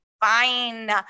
fine